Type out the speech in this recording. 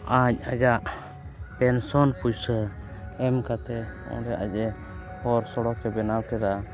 ᱟᱡ ᱟᱡᱟᱜ ᱯᱮᱱᱥᱚᱱ ᱯᱩᱭᱥᱟᱹ ᱮᱢ ᱠᱟᱛᱮᱫ ᱚᱸᱰᱮ ᱟᱡᱼᱮ ᱦᱚᱨ ᱥᱚᱲᱚᱠᱮ ᱵᱮᱱᱟᱣ ᱠᱮᱫᱟ